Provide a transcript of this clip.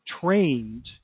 trained